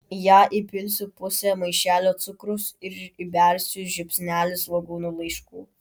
į ją įpilsiu pusę maišelio cukraus ir įbersiu žiupsnelį svogūnų laiškų